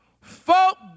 Folk